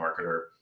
marketer